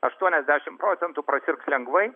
aštuoniasdešimt procentų prasirgs lengvai